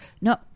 No